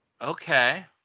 Okay